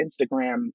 Instagram